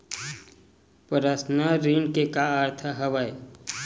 Personal ऋण के का अर्थ हवय?